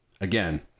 Again